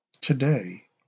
Today